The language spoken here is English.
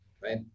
right